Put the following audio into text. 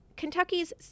Kentucky's